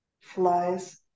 flies